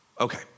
Okay